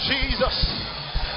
Jesus